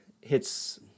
hits